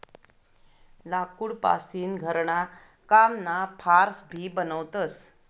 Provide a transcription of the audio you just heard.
लाकूड पासीन घरणा कामना फार्स भी बनवतस